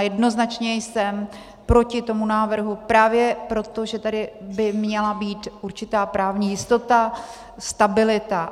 Jednoznačně jsem proti tomu návrhu právě proto, že tady by měla být určitá právní jistota a stabilita.